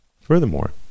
Furthermore